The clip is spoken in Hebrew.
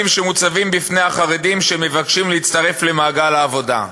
שמוצבים בפני חרדים שמבקשים להצטרף למעגל העבודה.